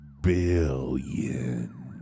billion